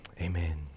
amen